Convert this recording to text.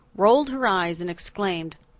rolled her eyes, and exclaimed,